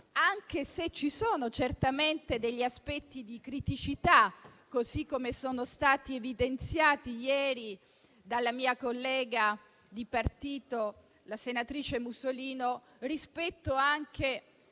anche se ci sono certamente aspetti di criticità, che sono stati evidenziati ieri dalla mia collega di partito, senatrice Musolino. Ad